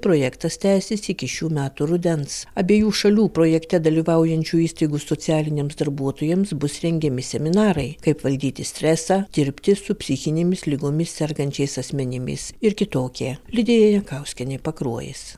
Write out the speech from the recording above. projektas tęsis iki šių metų rudens abiejų šalių projekte dalyvaujančių įstaigų socialiniams darbuotojams bus rengiami seminarai kaip valdyti stresą dirbti su psichinėmis ligomis sergančiais asmenimis ir kitokie lidija jankauskienė pakruojis